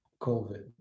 covid